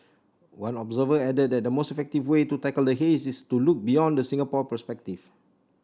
one observer added that the most effective way to tackle the haze is to look beyond the Singapore perspective